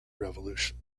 revolution